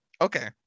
Okay